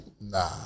Nah